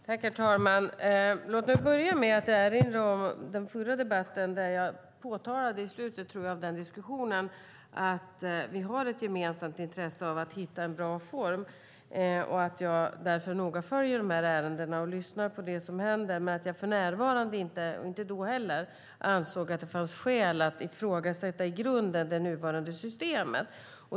Herr talman! Låt mig börja med att erinra om den förra debatten, där jag tror att jag i slutet av diskussionen påtalade att vi har ett gemensamt intresse av att hitta en bra form och att jag därför noga följer de här ärendena och lyssnar på det som händer. Jag anser dock för närvarande inte, och ansåg inte då heller, att det finns skäl att i grunden ifrågasätta det nuvarande systemet.